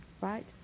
Right